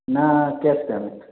ના cash payment